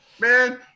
Man